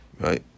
Right